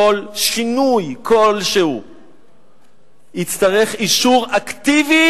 לכך שכל שינוי יצטרך אישור אקטיבי,